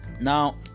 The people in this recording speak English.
now